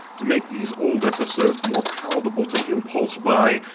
to make these old episodes more palatable to impulse buy,